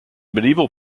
medieval